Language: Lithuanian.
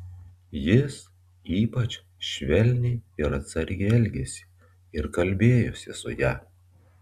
jis ypač švelniai ir atsargiai elgėsi ir kalbėjosi su ja